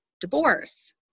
divorce